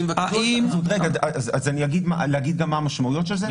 האם --- אז להגיד מה המשמעויות של זה?